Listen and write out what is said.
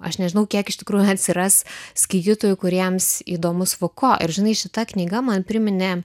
aš nežinau kiek iš tikrųjų atsiras skaitytojų kuriems įdomus fuko ir žinai šita knyga man priminė